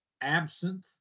absinthe